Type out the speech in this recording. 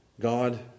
God